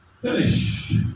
Finish